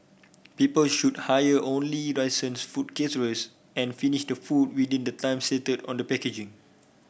people should hire only licensed food and finish the food within the time stated on the packaging